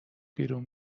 بیرون